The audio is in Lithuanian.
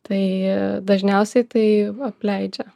tai dažniausiai tai apleidžia